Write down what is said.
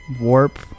warp